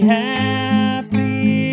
happy